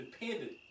dependent